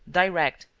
direct,